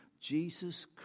Jesus